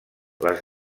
les